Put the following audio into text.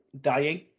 dying